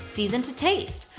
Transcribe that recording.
season to taste!